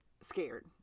scared